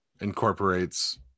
incorporates